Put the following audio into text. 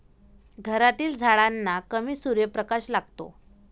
घरातील झाडांना कमी सूर्यप्रकाश लागतो